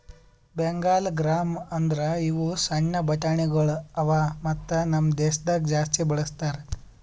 Bengal gram ಅಂದುರ್ ಇವು ಸಣ್ಣ ಬಟಾಣಿಗೊಳ್ ಅವಾ ಮತ್ತ ನಮ್ ದೇಶದಾಗ್ ಜಾಸ್ತಿ ಬಳ್ಸತಾರ್